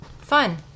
fun